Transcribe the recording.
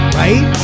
right